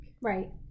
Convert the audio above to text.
right